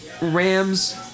Rams